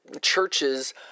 churches